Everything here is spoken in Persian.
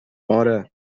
آره